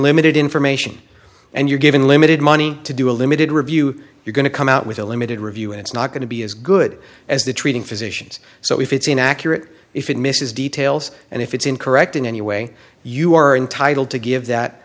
limited information and you're given limited money to do a limited review you're going to come out with a limited review it's not going to be as good as the treating physicians so if it's inaccurate if it misses details and if it's incorrect in any way you are entitled to give that